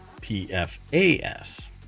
PFAS